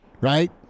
right